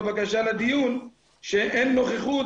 בבקשה לדיון שאין נוכחות,